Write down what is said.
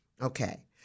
Okay